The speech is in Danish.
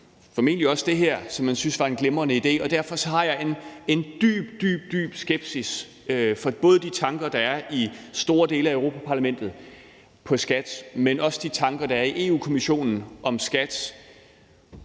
formentlig også det her, som man syntes var en glimrende idé. Derfor har jeg en dyb, dyb skepsis for både de tanker, der er i store dele af Europa-Parlamentet i forhold til skat, men også for de tanker, der er i Europa-Kommissionen, om skat.